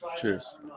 Cheers